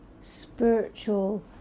spiritual